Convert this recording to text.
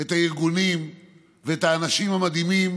את הארגונים ואת האנשים המדהימים